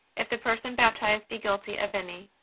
if the person baptized be guilty of any.